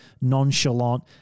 nonchalant